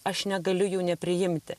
aš negaliu jų nepriimti